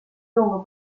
lunge